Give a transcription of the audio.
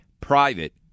private